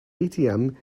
atm